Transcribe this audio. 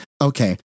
Okay